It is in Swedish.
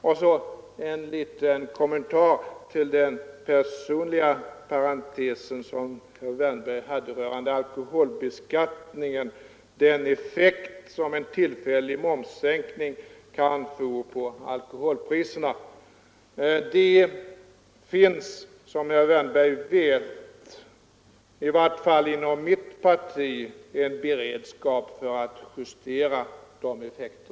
Slutligen en liten kommentar till den personliga reflexion som herr Wärnberg parentetiskt framförde rörande den effekt som en tillfällig momssänkning kan få på alkoholpriserna. Det finns, som herr Wärnberg vet, i vart fall inom mitt parti en beredskap för att justera dessa effekter.